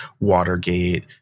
Watergate